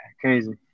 crazy